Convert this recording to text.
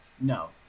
No